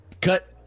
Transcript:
Cut